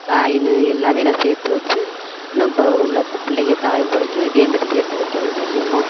coin எல்லாமே நான் சேர்த்து வச்சு இன்னும் இப்போ உள்ள பிள்ளைக தலைமுறைக்கு இதே மாரி சேர்த்து வைக்கணும் செய்யணும்